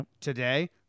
today